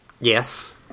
Yes